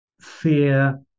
fear